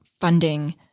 funding